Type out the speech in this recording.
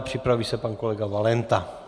Připraví se pan kolega Valenta.